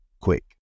quick